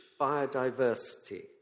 biodiversity